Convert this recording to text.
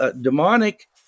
demonic